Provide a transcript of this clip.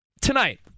Tonight